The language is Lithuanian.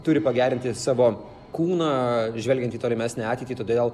turi pagerinti savo kūną žvelgiant į tolimesnę ateitį todėl